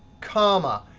comma,